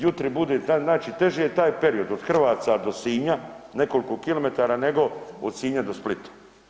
Jutri bude znači teže taj period od Hrvaca do Sinja nekoliko kilometara nego od Sinja do Splita.